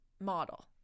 model